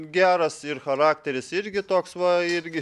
geras ir charakteris irgi toks va irgi